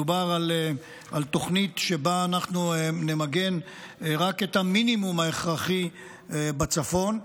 מדובר על תוכנית שבה אנחנו נמגן רק את המינימום ההכרחי בצפון,